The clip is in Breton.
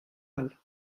all